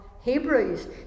Hebrews